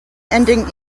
ending